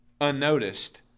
unnoticed